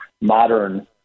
modern